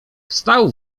wstał